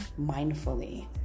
mindfully